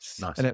Nice